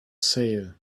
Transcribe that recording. sale